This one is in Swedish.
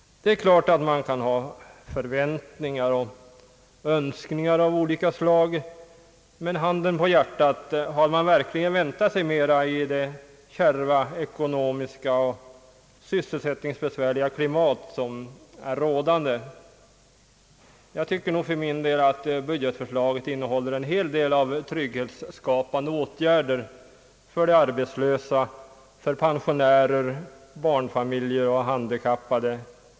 Det är klart att man kan ha förväntningar och önskningar av olika slag, men handen på hjärtat, hade man verkligen väntat sig mera i det kärva ekonomiska och sysselsättningsbesvärliga klimat som råder. Jag anser nog att budgetförslaget innehåller en hel del av trygghetsskapande åtgärder för de arbetslösa, för pensionärer, barnfamiljer och handikappade.